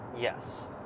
Yes